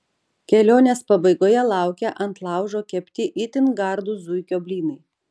kelionės pabaigoje laukia ant laužo kepti itin gardūs zuikio blynai